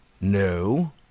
No